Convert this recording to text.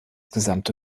gesamte